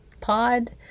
pod